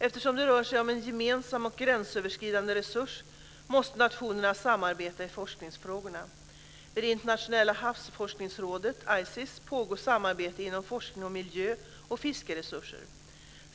Eftersom det rör sig om en gemensam och gränsöverskridande resurs måste nationerna samarbeta i forskningsfrågorna. Vid det internationella havsforskningsrådet, ICES, pågår samarbete inom forskning om miljö och fiskeresurser.